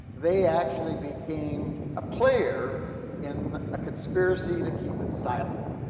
they actually became a player in a conspiracy to keep it silent.